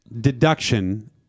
deduction